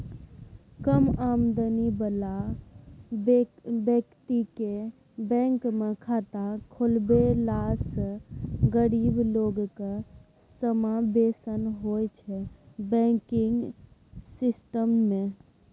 कम आमदनी बला बेकतीकेँ बैंकमे खाता खोलबेलासँ गरीब लोकक समाबेशन होइ छै बैंकिंग सिस्टम मे